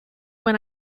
when